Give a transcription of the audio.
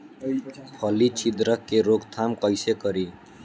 फली छिद्रक के रोकथाम कईसे करी?